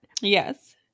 Yes